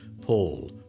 Paul